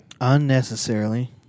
unnecessarily